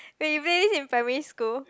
wait you play this in primary school